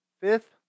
Fifth